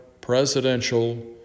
presidential